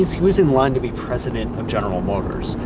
he was in line to be president of general motors.